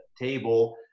table